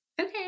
okay